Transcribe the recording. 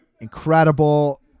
incredible